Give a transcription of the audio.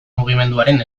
mugimenduaren